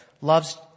loves